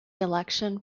election